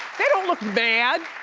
they don't look bad.